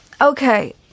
Okay